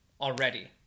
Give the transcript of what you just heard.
already